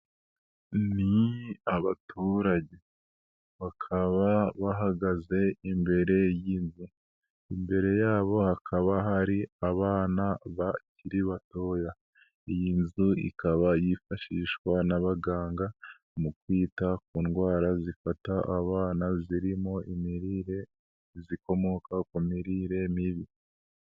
Ni abaturage bakaba bahagaze imbere y'inzu, imbere yabo hakaba hari abana bakiri batoya, iyi nzu ikaba yifashishwa n'abaganga mu kwita ku ndwara zifata abana zirimo imirire, zikomoka ku mirire mibi.